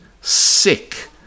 sick